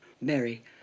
Mary